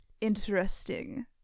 Interesting